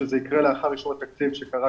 שזה יקרה לאחר אישור התקציב שקרה,